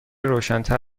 روشنتر